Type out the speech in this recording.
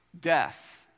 death